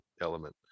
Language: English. element